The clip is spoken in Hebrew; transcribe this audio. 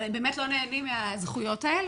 הם באמת לא נהנים מהזכויות האלה.